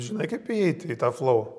žinai kaip įeit į tą flou